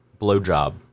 blowjob